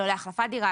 לא להחלפת דירה,